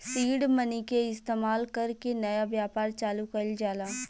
seed money के इस्तमाल कर के नया व्यापार चालू कइल जाला